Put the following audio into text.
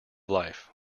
life